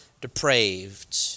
depraved